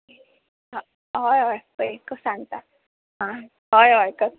आं हय हय कर सांगता आं हय हय